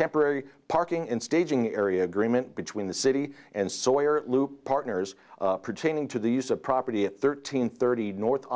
temporary parking in staging area agreement between the city and sawyer loop partners pertaining to the use of property at thirteen thirty north